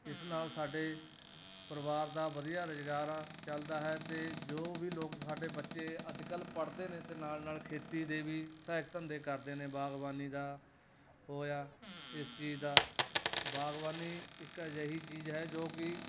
ਇਸ ਨਾਲ ਸਾਡੇ ਪਰਿਵਾਰ ਦਾ ਵਧੀਆ ਰੁਜ਼ਗਾਰ ਆ ਚੱਲਦਾ ਹੈ ਅਤੇ ਜੋ ਵੀ ਲੋਕ ਸਾਡੇ ਬੱਚੇ ਅੱਜ ਕੱਲ੍ਹ ਪੜ੍ਹਦੇ ਨੇ ਅਤੇ ਨਾਲ ਨਾਲ ਖੇਤੀ ਦੇ ਵੀ ਸਹਾਇਕ ਧੰਦੇ ਕਰਦੇ ਨੇ ਬਾਗਬਾਨੀ ਦਾ ਹੋਇਆ ਇਸ ਚੀਜ਼ ਦਾ ਬਾਗਬਾਨੀ ਇੱਕ ਅਜਿਹੀ ਚੀਜ਼ ਹੈ ਜੋ ਕਿ